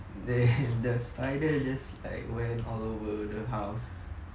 the the spider just like went all over the house